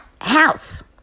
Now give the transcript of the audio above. House